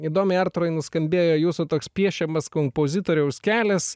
įdomiai arturai nuskambėjo jūsų toks piešiamas kompozitoriaus kelias